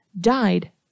died